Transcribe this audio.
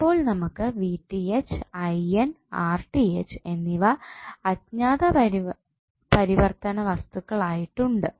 അപ്പോൾ നമുക്ക് എന്നിവ അജ്ഞാത പരിവർത്തനവസ്തുക്കൾ ആയിട്ട് ഉണ്ട്